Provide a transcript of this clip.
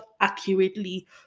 accurately